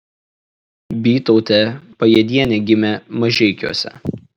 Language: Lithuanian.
bytautė pajėdienė gimė mažeikiuose